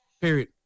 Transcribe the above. Period